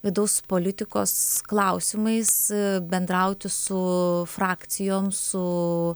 vidaus politikos klausimais bendrauti su frakcijom su